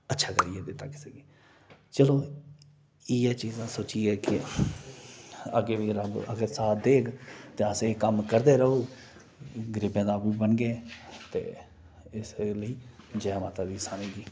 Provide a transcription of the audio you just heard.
अच्छा करियै दित्ता कुसै गी चलो इयै चीजां सोचियै अग्गें अग्गें बी करागे अगर साथ देग ते असें एह् कम्म करदे रौह्ग गरीबें दा बनगे ते इस्सै लेई जय माता दी सारें गी